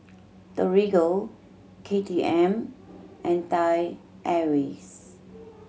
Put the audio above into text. Torigo K T M and Thai Airways